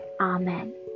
Amen